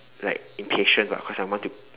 like impatient [what] cause I want to